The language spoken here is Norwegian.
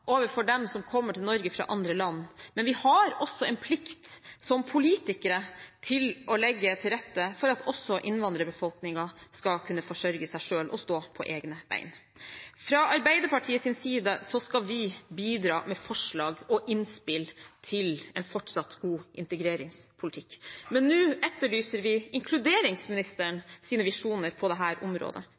overfor dem som kommer til Norge fra andre land, men vi har også en plikt som politikere til å legge til å rette for at innvandrerbefolkningen skal kunne forsørge seg selv og stå på egne ben. Fra Arbeiderpartiets side skal vi bidra med forslag og innspill til en fortsatt god integreringspolitikk, men nå etterlyser vi inkluderingsministerens visjoner på dette området: